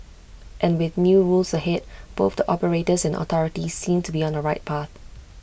and with new rules ahead both the operators and authorities seem to be on the right path